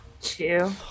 Two